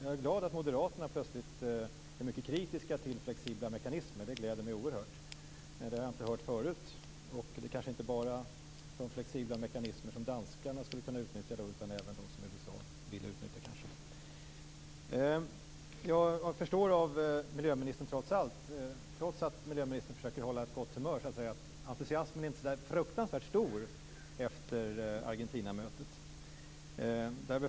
Jag är glad att moderaterna plötsligt är mycket kritiska till flexibla mekanismer. Det gläder mig oerhört. Det har jag inte hört förut. Det kanske inte bara är de flexibla mekanismer som danskarna skulle kunna utnyttja, utan även de som USA vill utnyttja. Trots att miljöministern försöker hålla ett gott humör förstår jag att entusiasmen inte är så där fruktansvärt stor efter Argentinamötet.